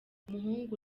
umuhungu